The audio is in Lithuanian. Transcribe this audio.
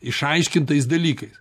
išaiškintais dalykais